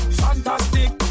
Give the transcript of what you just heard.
fantastic